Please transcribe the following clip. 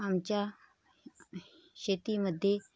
आमच्या शेतीमध्ये